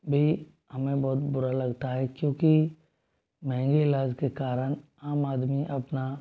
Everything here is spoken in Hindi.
भी हमें बहुत बुरा लगता है क्योंकि महंगे इलाज के कारण आम आदमी अपना